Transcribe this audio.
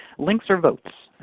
links are votes,